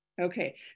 Okay